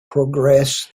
progress